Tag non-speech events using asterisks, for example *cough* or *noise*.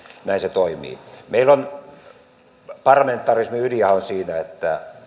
näin se toimii parlamentarismin ydinhän on siinä että *unintelligible*